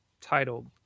titled